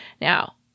Now